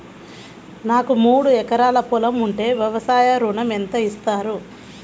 నాకు మూడు ఎకరాలు పొలం ఉంటే వ్యవసాయ ఋణం ఎంత ఇస్తారు?